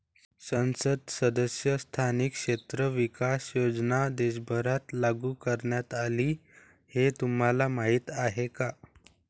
संसद सदस्य स्थानिक क्षेत्र विकास योजना देशभरात लागू करण्यात आली हे तुम्हाला माहीत आहे का?